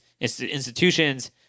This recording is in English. institutions